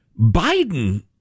Biden